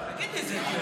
בית"ר.